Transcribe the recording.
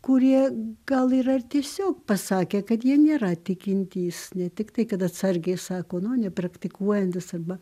kurie gal yra ir tiesiog pasakė kad jie nėra tikintys ne tik tai kad atsargiai sako nu nepraktikuojantis arba